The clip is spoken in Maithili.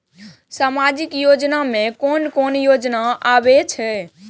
सामाजिक योजना में कोन कोन योजना आबै छै?